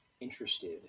interested